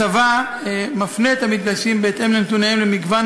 הצבא מפנה את המתגייסים בהתאם לנתוניהם למגוון